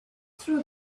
through